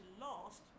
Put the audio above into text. lost